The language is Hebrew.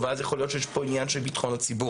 ואז יכול להיות שיש פה עניין של ביטחון הציבור,